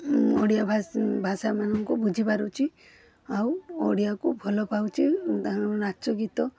ଓଡ଼ିଆ ଭାଷା ଭାଷାମାନଙ୍କୁ ବୁଝି ପାରୁଚି ଆଉ ଓଡ଼ିଆକୁ ଭଲ ପାଉଚି ତା'ର ନାଚ ଗୀତ